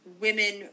women